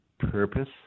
purpose